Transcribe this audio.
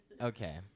Okay